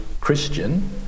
Christian